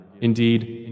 Indeed